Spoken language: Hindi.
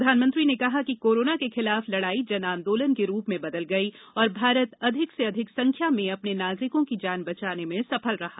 प्रधानमंत्री ने कहा कि कोरोना के खिलाफ लड़ाई जन आंदोलन के रूप में बदल गई और भारत अधिक से अधिक संख्या में अपने नागरिकों की जान बचाने में सफल रहा